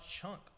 chunk